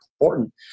important